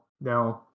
no